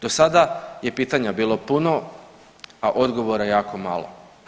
Do sada je pitanja bilo puno, a odgovora jako malo.